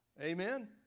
Amen